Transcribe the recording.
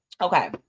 Okay